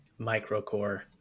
Microcore